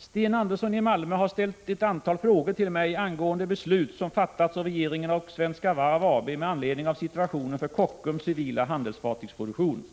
121 om nedläggningen av Kockums Prot. 1985/86:103 civila fartygsproduktion 1 april 1986 Anf. 15 Industriminister THAGE PETERSON: z a CE av Herr talman! Sten Andersson i Malmö har ställt ett antal frågor till mig SEO afartygsproduktion